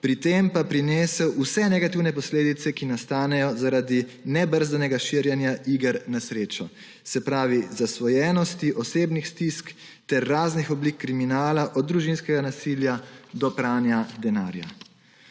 pri tem pa prinesel vse negativne posledice, ki nastanejo zaradi nebrzdanega širjenja iger na srečo, se pravi zasvojenosti, osebnih stisk ter raznih oblik kriminala, od družinskega nasilja do pranja denarja.